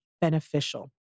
Beneficial